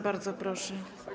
Bardzo proszę.